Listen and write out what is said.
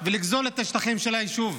ולגזול את השטחים של היישוב,